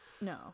No